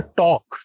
talk